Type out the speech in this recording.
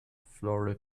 floral